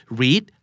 read